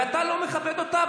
ואתה לא מכבד אותה,